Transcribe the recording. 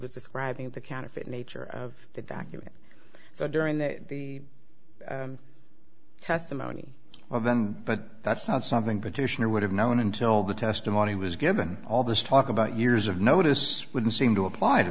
was describing the counterfeit nature of the document so during the testimony well then but that's not something petitioner would have known until the testimony was given all this talk about years of notice would seem to apply to